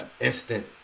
instant